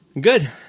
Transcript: Good